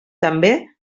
també